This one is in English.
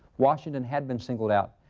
washington had been singled out,